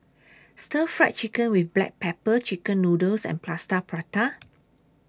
Stir Fried Chicken with Black Pepper Chicken Noodles and Plaster Prata